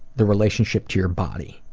the relationship to your body,